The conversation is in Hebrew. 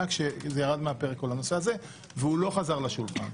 כשכל הנושא הזה ירד מהפרק והוא לא חזר לשולחן.